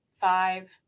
five